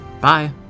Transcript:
Bye